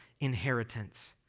inheritance